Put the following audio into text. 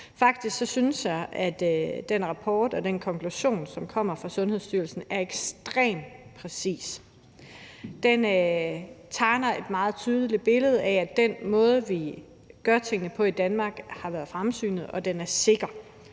Faktisk synes jeg, at den rapport og den konklusion, som kommer fra Sundhedsstyrelsen, er ekstremt præcis. Den tegner et meget tydeligt billede af, at den måde, vi gør tingene på i Danmark, har været fremsynet, og at den er sikker,